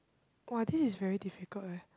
!wah! this is very difficult eh